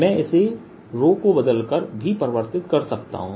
मैं इसे रो को थोड़ा बदलकर भी परिवर्तित कर सकता हूं